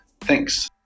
Thanks